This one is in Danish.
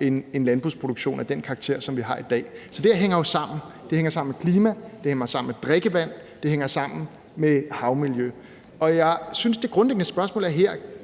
en landbrugsproduktion af den karakter, som vi har i dag. Så det her hænger sammen. Det hænger sammen med klima, det hænger sammen med drikkevand, det hænger sammen med havmiljø. Jeg synes, det grundlæggende spørgsmål her er: